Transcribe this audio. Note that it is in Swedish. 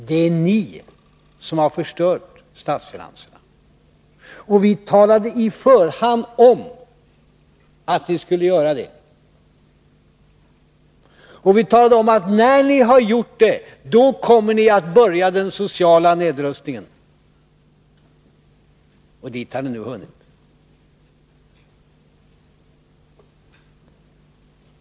Det är ni som har förstört statsfinanserna, och vi talade i förhand om att ni skulle göra det. Och vi talade om, att när ni hade gjort det skulle ni börja den sociala nedrustningen. Dit har ni nu hunnit.